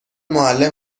معلم